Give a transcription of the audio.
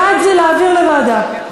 בעד זה להעביר לוועדה.